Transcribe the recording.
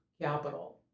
capital